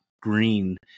green